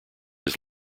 his